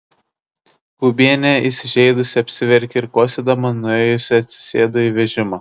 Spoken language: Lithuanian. gaubienė įsižeidusi apsiverkė ir kosėdama nuėjusi atsisėdo į vežimą